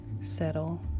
settle